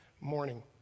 morning